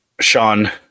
Sean